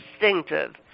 distinctive